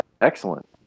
excellent